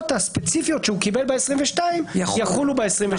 הספציפיות שהוא קיבל בבחירות לכנסת העשרים ושתיים,